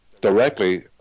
directly